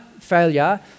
failure